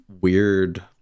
weird